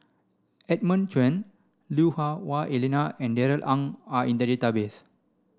Edmund Cheng Lui Hah Wah Elena and Darrell Ang are in the database